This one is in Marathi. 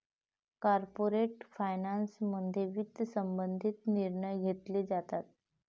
कॉर्पोरेट फायनान्समध्ये वित्त संबंधित निर्णय घेतले जातात